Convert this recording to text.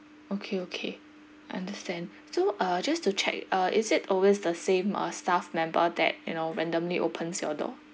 okay okay understand so uh just to check uh is it always the same uh staff member that you know randomly opens your door